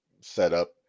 setup